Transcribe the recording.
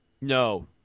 No